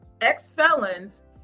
ex-felons